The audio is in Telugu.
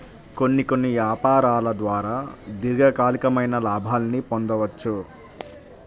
కొన్ని కొన్ని యాపారాల ద్వారా దీర్ఘకాలికమైన లాభాల్ని పొందొచ్చు